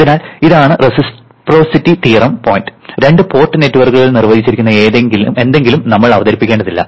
അതിനാൽ ഇതാണ് reciprocity theorem point രണ്ട് പോർട്ട് നെറ്റ്വർക്കിൽ നിർവചിച്ചിരിക്കുന്ന എന്തെങ്കിലും നമ്മൾ അവതരിപ്പിക്കേണ്ടതില്ല